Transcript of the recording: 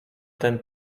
ten